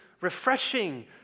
refreshing